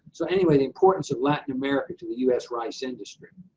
so anyway the importance of latin america to the u s. rice industry.